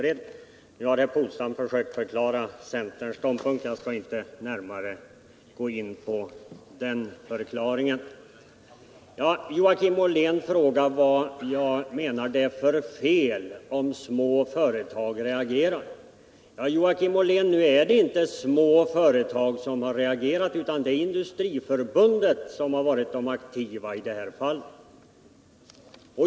Nu har herr Polstam försökt förklara centerns ståndpunkt. Jag skall inte gå närmare in på den förklaringen. Joakim Ollén frågade vad jag menar att det är för fel i att små företag reagerar. Men nu är det inte några små företag som har reagerat, utan det är Industriförbundet som har varit aktivt i det här fallet.